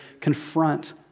confront